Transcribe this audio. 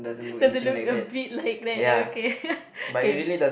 does they look a bit like there okay